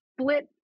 split